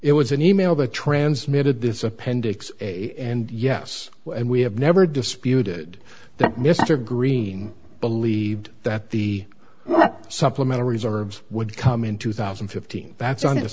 it was an e mail that transmitted this appendix a and yes and we have never disputed that mr green believed that the supplemental reserves would come in two thousand and fifteen that's on